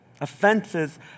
Offenses